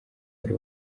ari